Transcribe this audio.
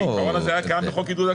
העיקרון הזה היה קיים בחוק עידוד הקיים.